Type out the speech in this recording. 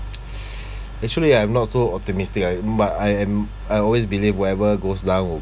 actually I'm not so optimistic I but I am I always believe whatever goes down will